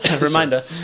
Reminder